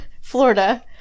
Florida